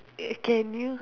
eh can you